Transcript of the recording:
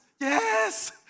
yes